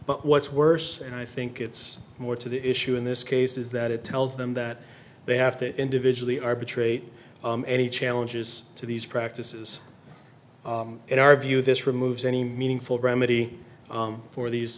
but what's worse and i think it's more to the issue in this case is that it tells them that they have to individually arbitrate any challenges to these practices in our view this removes any meaningful remedy for these